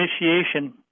initiation